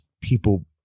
people